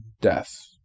death